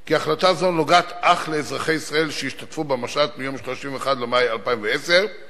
כי החלטה זו נוגעת אך לאזרחי ישראל שהשתתפו במשט מיום 31.5.10 ואין